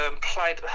Played